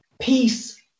peace